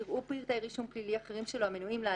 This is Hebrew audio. יראו פרטי רישום פלילי אחרים שלו המנויים להלן,